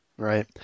right